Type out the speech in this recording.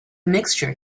mixture